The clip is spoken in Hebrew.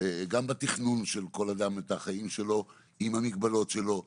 גם בתכנון של כל אדם את החיים שלו עם המגבלות שלו,